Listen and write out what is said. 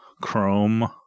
Chrome